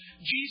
Jesus